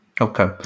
Okay